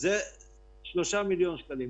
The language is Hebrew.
זה 3 מיליון שקלים.